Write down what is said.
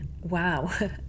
wow